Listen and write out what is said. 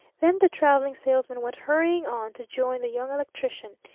then the traveling salesman went hurrying on to join the young electrician,